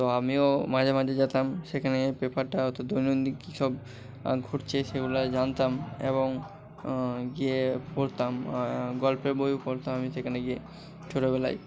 তো আমিও মাঝে মাঝে যেতাম সেখানে পেপারটা ওতো দৈনন্দিন কি সব ঘটছে সেগুলা জানতাম এবং গিয়ে পড়তাম গল্পের বইও পড়তাম আমি সেখানে গিয়ে ছোটোবেলায়